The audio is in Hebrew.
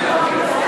תענה לה.